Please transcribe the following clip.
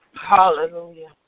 Hallelujah